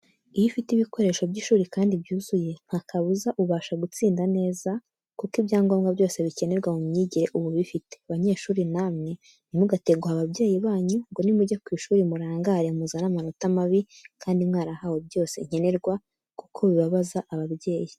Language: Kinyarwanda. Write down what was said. Iyo ufite ibikoresho by'ishuri kandi byuzuye ntakabuza ubasha gutsinda neza kuko ibyangombwa byose bikenerwa mu myigire uba ubifite. Banyeshuri namwe ntimugatenguhe ababyeyi banyu ngo nimujya ku ishuri ngo murangare muzane amanota mabi kandi mwarahawe byose nkenerwa kuko bibabaza ababyeyi.